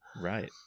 Right